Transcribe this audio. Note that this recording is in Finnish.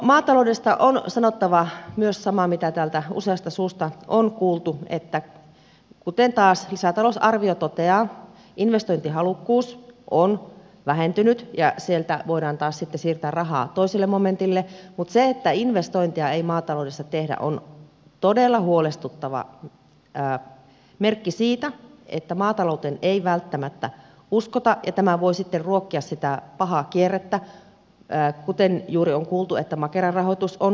maataloudesta on sanottava myös sama mitä täältä useasta suusta on kuultu että kuten taas lisätalousarvio toteaa investointihalukkuus on vähentynyt ja sieltä voidaan taas sitten siirtää rahaa toiselle momentille mutta se että investointeja ei maataloudessa tehdä on todella huolestuttava merkki siitä että maatalouteen ei välttämättä uskota ja tämä voi sitten ruokkia sitä pahaa kierrettä kuten juuri on kuultu että makera rahoitus on auki